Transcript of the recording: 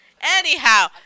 Anyhow